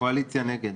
הקואליציה נגד.